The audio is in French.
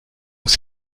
donc